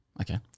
Okay